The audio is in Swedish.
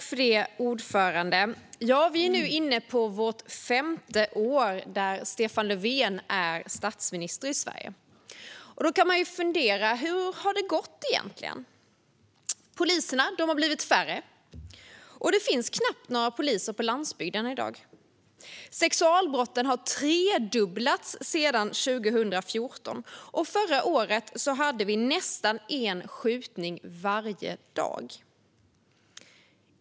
Fru talman! Vi är nu inne på vårt femte år med Stefan Löfven som statsminister i Sverige. Då kan man fundera: Hur har det gått? Poliserna har blivit färre. Det finns knappt några poliser på landsbygden i dag. Sexualbrotten har tredubblats sedan 2014, och förra året hade vi nästan en skjutning varje dag.